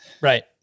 Right